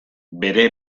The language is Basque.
bere